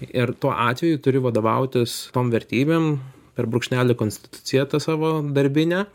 ir tuo atveju turi vadovautis tom vertybėm per brūkšnelį konstitucija ta savo darbine